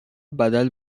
بدل